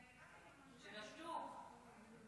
של השוק.